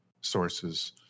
sources